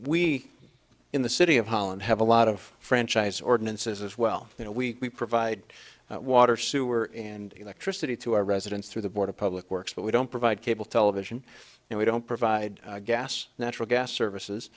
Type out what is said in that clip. we in the city of holland have a lot of franchise ordinances as well you know we provide water sewer and electricity to our residents through the board of public works but we don't provide cable television and we don't provide gas natural gas services